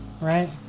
right